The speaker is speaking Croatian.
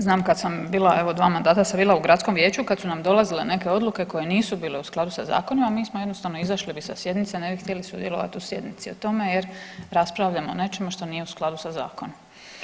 Znam kad sam bila, evo 2 mandata sam bila u gradskom vijeću, kad su nam dolazile neke odluke koje nisu bile u skladu sa zakonima mi smo jednostavno izašli bi sa sjednice, ne bi htjeli sudjelovati u sjednici o tome jer raspravljamo o nečemu što nije u skladu sa zakonima.